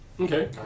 Okay